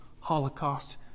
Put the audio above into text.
holocaust